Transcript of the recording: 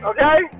Okay